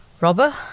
robber